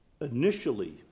initially